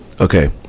okay